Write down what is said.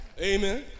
Amen